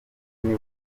nibwo